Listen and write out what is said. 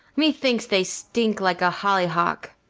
methinks they stink like a hollyhock.